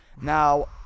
Now